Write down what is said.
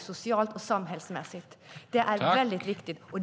socialt och samhällsmässigt. Det är väldigt viktigt.